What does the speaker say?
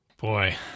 Boy